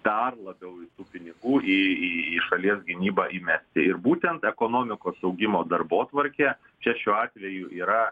dar labiau ir tų pinigų į į šalies gynybą įmesti ir būtent ekonomikos augimo darbotvarkė čia šiuo atveju yra